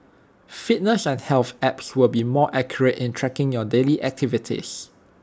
fitness and health apps will be more accurate in tracking your daily activities